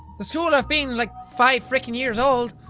the school of being like five freaking years old.